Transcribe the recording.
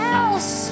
else